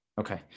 Okay